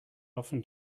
often